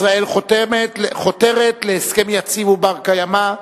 ישראל חותרת להסכם יציב ובר-קיימא,